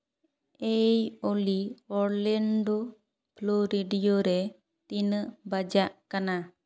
ᱮᱭ ᱚᱞᱤ Orlando Florida ᱨᱮ ᱛᱤᱱᱟᱹᱜ ᱵᱟᱡᱟᱜ ᱠᱟᱱᱟ